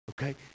Okay